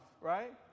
right